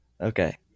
Okay